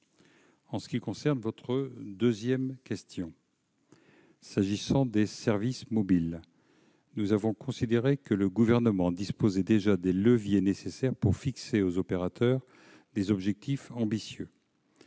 En ce qui concerne la deuxième question, relative aux services mobiles, nous avons considéré que le Gouvernement disposait déjà des leviers nécessaires pour fixer aux opérateurs des objectifs ambitieux.